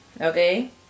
Okay